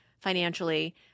financially